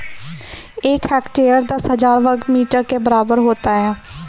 एक हेक्टेयर दस हज़ार वर्ग मीटर के बराबर होता है